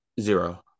zero